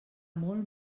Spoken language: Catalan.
molt